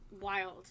Wild